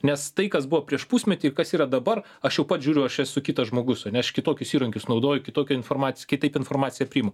nes tai kas buvo prieš pusmetį ir kas yra dabar aš jau pats žiūriu aš esu kitas žmogus ane aš kitokius įrankius naudoju kitokią informaciją kitaip informaciją priimu